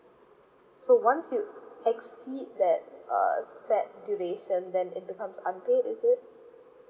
so once you exceed that uh set duration then it becomes unpaid is it